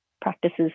practices